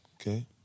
Okay